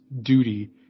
duty